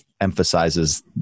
emphasizes